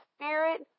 spirit